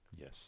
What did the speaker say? yes